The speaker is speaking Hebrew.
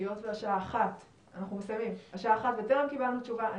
היות והשעה 13:00 ואנחנו מסיימים וטרם קיבלנו תשובה,